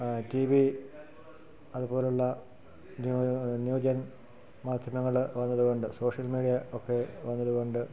T V അതുപോലെയുള്ള new gen മാധ്യമങ്ങൾ വന്നതു കൊണ്ട് സോഷ്യൽ മീഡിയ ഒക്കെ വന്നതു കൊണ്ട്